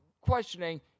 questioning